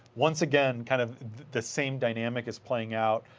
once again, kind of the same dynamic is playing out.